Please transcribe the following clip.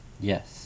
Yes